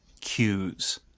cues